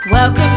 Welcome